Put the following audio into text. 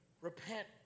Repent